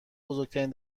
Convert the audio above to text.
بزرگترین